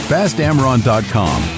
FastAmron.com